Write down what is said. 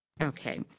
okay